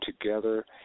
together